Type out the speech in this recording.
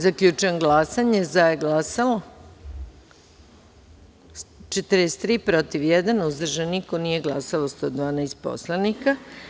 Zaključujem glasanje: za – 43, protiv – jedan, uzdržan – niko, nije glasalo 112 poslanika.